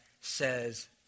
says